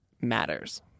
matters